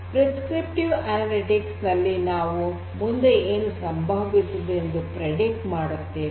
prescriptive analytics ನಲ್ಲಿ ನಾವು ಮುಂದೆ ಏನು ಸಂಭವಿಸಬಹುದು ಎಂದು ಮುನ್ಸೂಚನೆ ಮಾಡುತ್ತೇವೆ